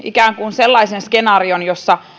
sellaisen skenaarion jossa